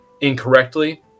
incorrectly